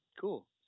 cool